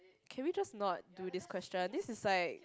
can we just not do this question this is like